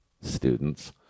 students